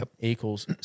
equals